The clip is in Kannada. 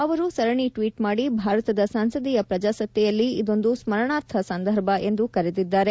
ಅವರು ಸರಣಿ ಟ್ವೀಟ್ ಮಾಡಿ ಭಾರತದ ಸಂಸದೀಯ ಪ್ರಜಾಸತ್ತೆಯಲ್ಲಿ ಇದೊಂದು ಸ್ಕರಣಾರ್ಥ ಸಂದರ್ಭ ಎಂದು ಕರೆದಿದ್ದಾರೆ